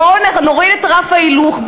בואו נוריד את רף ההילוך,